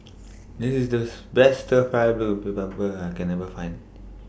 This IS The Best Fried Beef with Black Pepper that I Can Find